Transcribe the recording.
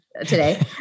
today